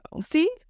See